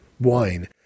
wine